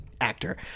Actor